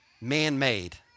man-made